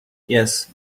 yes